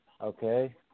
Okay